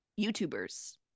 YouTubers